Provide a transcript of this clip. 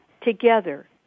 together